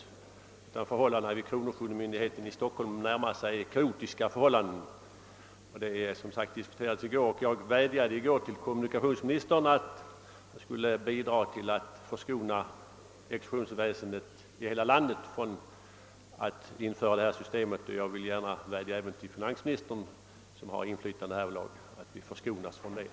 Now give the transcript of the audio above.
Tvärtom är förhållandena vid kronofogdemyndigheten i Stockholm närmast kaotiska. Den saken slog vi som sagt fast i går. Jag vädjade i går till kommunikationsministern att han skulle bidra till att exekutionsväsendet i landet i dess helhet skulle förskonas från införandet av databehandling. Jag vill vädja även till finansministern, som har inflytande härvidlag, att vi skall förskonas från detta.